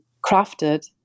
crafted